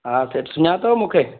हा त सुञातव मूंखे